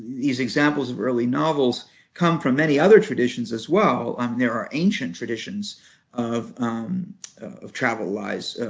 these examples of early novels come from many other traditions as well. um there are ancient traditions of of travel lies.